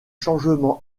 changement